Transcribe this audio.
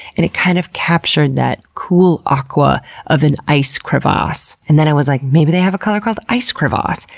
and it kind of captured that cool aqua of an ice crevasse. and then i was like, maybe they have a color called ice crevasse.